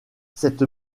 cette